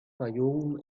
fayoum